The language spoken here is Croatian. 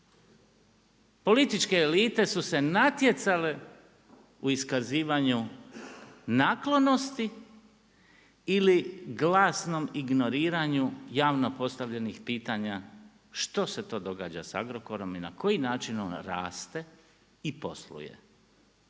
Političke elite su se natjecali u iskazivanju naklonosti ili glasnom ignoriranju javno postavljenih pitanja što se to događa s Agrokorom i na koji način on raste i posluje.